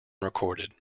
recorded